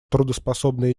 трудоспособные